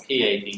PAD